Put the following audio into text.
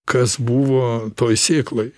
kas buvo toj sėkloj